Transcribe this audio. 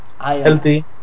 healthy